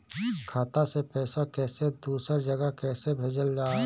खाता से पैसा कैसे दूसरा जगह कैसे भेजल जा ले?